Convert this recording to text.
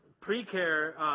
pre-care